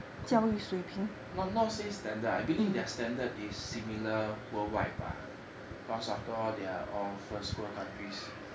could not not say standard I believe their standard is similar worldwide 吧 cause after all they are all first world countries